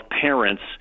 parents